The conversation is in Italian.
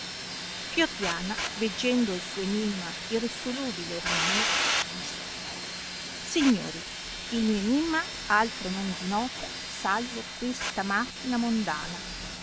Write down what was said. fiordiana veggendo il suo enimma irresolubile rimanere disse signori il mio enimma altro non dinota salvo questa machina mondana